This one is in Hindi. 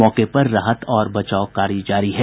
मौके पर राहत और बचाव कार्य जारी है